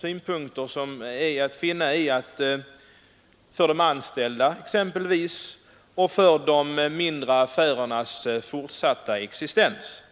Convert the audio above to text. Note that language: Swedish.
konsekvenser som finns för exempelvis de anställda och för de mindre affärernas fortsatta existens.